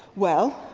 well.